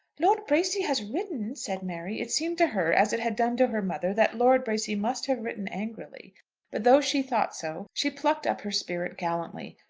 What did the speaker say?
lord bracy has written! said mary. it seemed to her, as it had done to her mother, that lord bracy must have written angrily but though she thought so, she plucked up her spirit gallantly,